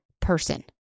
person